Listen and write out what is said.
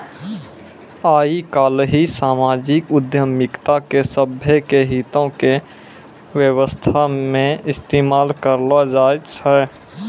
आइ काल्हि समाजिक उद्यमिता के सभ्भे के हितो के व्यवस्था मे इस्तेमाल करलो जाय छै